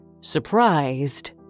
surprised